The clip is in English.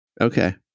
Okay